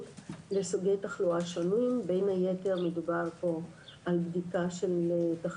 בהקשר שלנו,